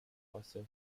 faster